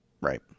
right